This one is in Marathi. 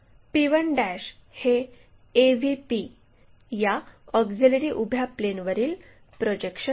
p1 हे AVP या ऑक्झिलिअरी उभ्या प्लेनवरील प्रोजेक्शन आहे